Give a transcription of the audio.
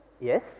Yes